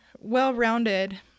well-rounded